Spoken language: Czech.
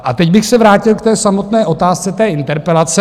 A teď bych se vrátil k samotné otázce té interpelace.